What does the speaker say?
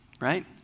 right